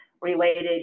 related